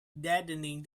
deadening